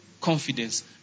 confidence